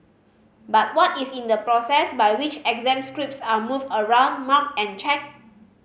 but what is in the process by which exam scripts are moved around marked and checked